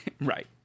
Right